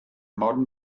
modern